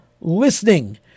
listening